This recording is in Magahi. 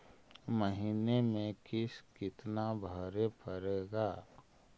महीने में किस्त कितना भरें पड़ेगा?